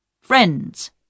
friends